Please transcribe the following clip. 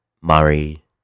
Murray